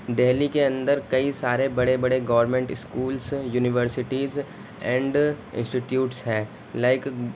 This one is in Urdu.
دہلی کے اندر کئی سارے بڑے بڑے government schools universities and institutes ہیں لائک